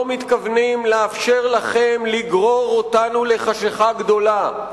לא מתכוונים לאפשר לכם לגרור אותנו לחשכה גדולה.